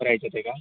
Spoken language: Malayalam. ഒരാഴ്ചത്തേക്കാണോ